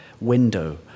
window